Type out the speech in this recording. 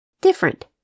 different